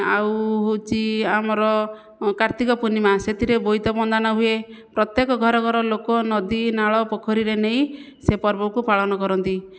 ଆଉ ହେଉଛି ଆମର କାର୍ତ୍ତିକ ପୂର୍ଣ୍ଣିମା ସେଥିରେ ବୋଇତବନ୍ଦାଣ ହୁଏ ପ୍ରତ୍ୟେକ ଘର ଘର ଲୋକ ନଦୀ ନାଳ ପୋଖରୀରେ ନେଇ ସେ ପର୍ବକୁ ପାଳନ କରନ୍ତି